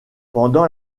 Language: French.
pendant